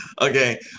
Okay